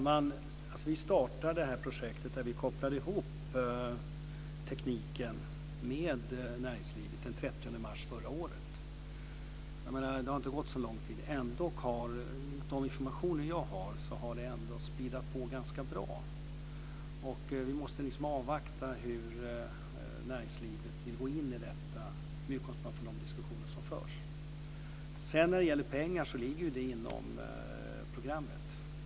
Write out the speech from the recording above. Fru talman! Vi startade det här projektet där vi kopplade ihop tekniken med näringslivet den 30 mars förra året. Det har inte gått så lång tid. Enligt de informationer jag fått har det ändå speedat på ganska bra. Vi måste avvakta hur näringslivet vill gå in i detta med utgångspunkt från de diskussioner som förs. Pengarna ligger inom programmet.